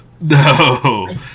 No